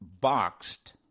boxed